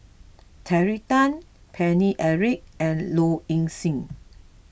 Terry Tan Paine Eric and Low Ing Sing